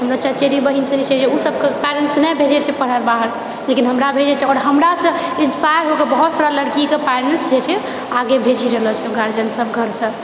हमे चाहैत छिए कि बहिन सब जे छै ओ सबके पेरेन्ट्स नहि भेजैछै पढ़ै लए बाहर लेकिन हमरा होइए आओर हमरासे इन्सपायर होकर बहुतसारा लड़कीके पेरेन्ट्स जाइत छैआगे भेजि रहलेछै गार्जियन सब घरसे